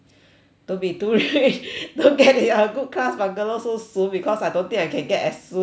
don't be too rich don't get the good class bungalow so soon because I don't think I can get as soon as her